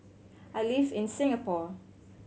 I live in Singapore